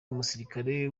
umusirikare